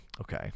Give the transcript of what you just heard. Okay